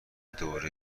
دوره